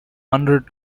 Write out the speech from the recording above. hundred